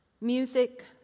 Music